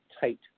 tight